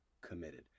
committed